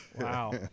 Wow